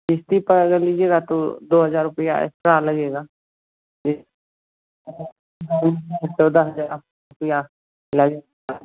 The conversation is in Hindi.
क़िस्त पर अगर लीजिएगा तो दो हज़ार रुपये एक्स्ट्रा लगेगा जी चौदह हज़ार रुपये लगेगा